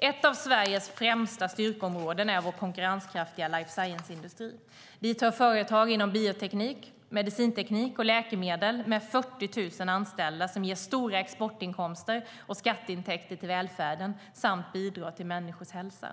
Ett av Sveriges främsta styrkeområden är vår konkurrenskraftiga life science-industri. Dit hör företag inom bioteknik, medicinteknik och läkemedel med 40 000 anställda som ger stora exportinkomster och skatteintäkter till välfärden samt bidrar till människors hälsa.